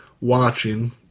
watching